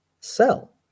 sell